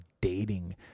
dating